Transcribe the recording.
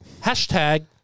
Hashtag